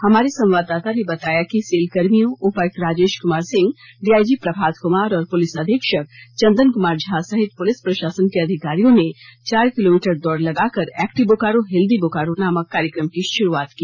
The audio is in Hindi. हमारे संवाददाता ने बताया कि सेलकर्मियों उपायुक्त राजेश कुमार सिंह डीआईजी प्रभात कुमार और पुलिस अधीक्षक चंदन कुमार झा सहित पुलिस प्रशासन के अधिकारियों ने चार किलोमीटर दौड़ लगाकर एक्टिव बोकारो हेल्दी बोकारो नामक कार्यक्रम की शुरुआत की